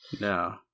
No